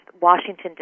Washington